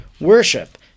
worship